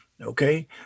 Okay